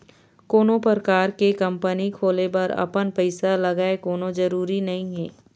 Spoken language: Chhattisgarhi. कोनो परकार के कंपनी खोले बर अपन पइसा लगय कोनो जरुरी नइ हे